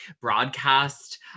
broadcast